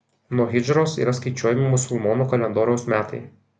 nuo hidžros yra skaičiuojami musulmonų kalendoriaus metai